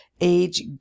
age